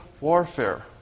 warfare